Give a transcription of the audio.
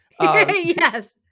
yes